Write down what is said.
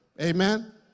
Amen